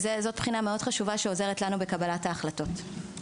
זאת בחינה חשובה מאוד שעוזרת לנו בקבלת ההחלטות.